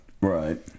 Right